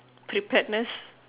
preparedness